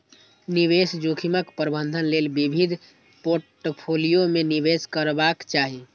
निवेश जोखिमक प्रबंधन लेल विविध पोर्टफोलियो मे निवेश करबाक चाही